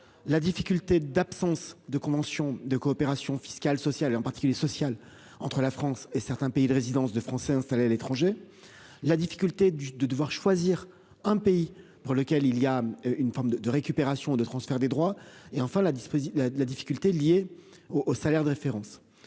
La difficulté d'absence de conventions de coopération fiscale, sociale et en particulier social entre la France et certains pays de résidence de Français installés à l'étranger. La difficulté du de devoir choisir un pays pour lequel il y a une forme de de récupération de transfert des droits et enfin la disposition de la difficulté liée au au salaire de référence.